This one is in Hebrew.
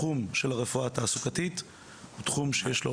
התחום של הרפואה התעסוקתית הוא תחום שיש